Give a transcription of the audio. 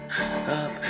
up